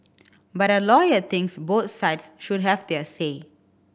but a lawyer thinks both sides should have their say